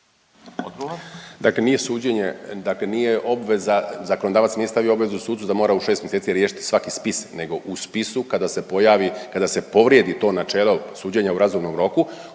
Juro** Dakle nije suđenje, dakle nije obveza, zakonodavac nije stavio obvezu sucu da mora u 6 mjeseci riješiti svaki spis, nego u spisu kada se pojavi, kada se povrijedi to načelo suđenja u razumnom roku,